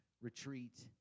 retreat